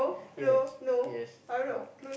yes yes oh